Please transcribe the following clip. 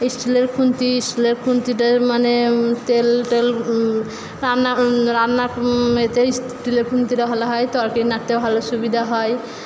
স্টিলের খুন্তি স্টিলের খুন্তিতে মানে তেল টেল রান্না রান্না ইস্টিলের খুন্তিটা ভালো হয় তরকারি নাড়তে ভালো সুবিধা হয়